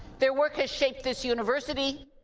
their work has shaped this university,